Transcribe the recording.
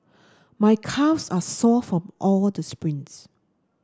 my calves are sore of all the sprints